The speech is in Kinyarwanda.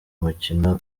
umukino